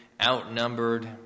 Outnumbered